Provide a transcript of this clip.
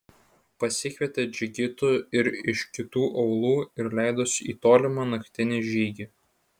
pasikvietė džigitų ir iš kitų aūlų ir leidosi į tolimą naktinį žygį